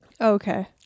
Okay